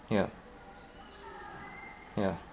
yup ya